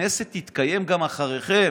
הכנסת תתקיים גם אחריכם.